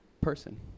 person